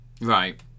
Right